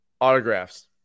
Autographs